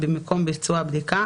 במקום ביצוע הבדיקה,